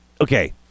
okay